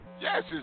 Yes